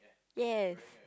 yes